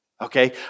Okay